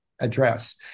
Address